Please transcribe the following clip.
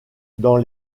dans